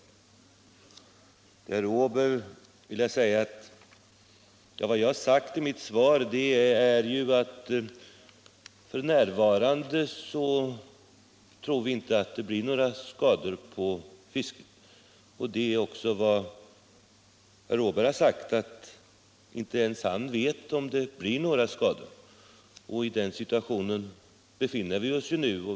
Till herr Åberg vill jag säga att vad jag har anfört i mitt svar är att f.n. tror vi inte att det blir några skador för fisket. Det är också vad herr Åberg har sagt — inte ens han vet om det blir några skador. I den situationen befinner vi oss nu.